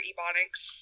Ebonics